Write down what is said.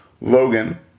Logan